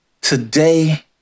Today